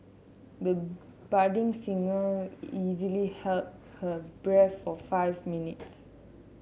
the budding singer easily held her breath for five minutes